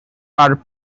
are